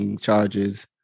charges